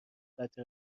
قطع